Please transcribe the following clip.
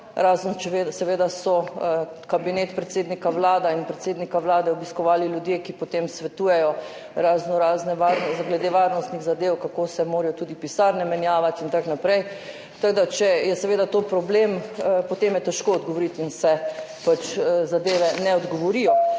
razen če so seveda kabinet predsednika Vlade in predsednika Vlade obiskovali ljudje, ki potem svetujejo glede raznoraznih varnostnih zadev, kako se morajo tudi pisarne menjavati in tako naprej. Če je seveda to problem, potem je težko odgovoriti in se pač zadeve ne odgovorijo.